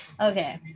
Okay